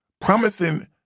promising